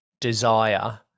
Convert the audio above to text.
desire